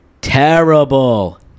terrible